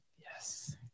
yes